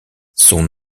son